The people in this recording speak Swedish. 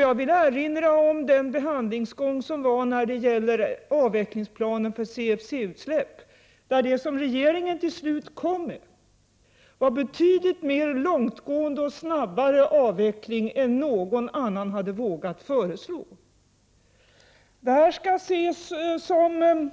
Jag vill erinra om behandlingsgången vid avvecklingsplanen för CFC-utsläpp. Den plan som regeringen till slut kom med innebar en betydligt mer långtgående och snabbare avveckling än någon annan hade vågat föreslå. Detta skall ses som